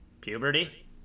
puberty